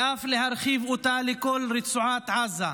אותה לכל רצועת עזה,